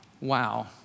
wow